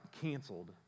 canceled